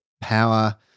power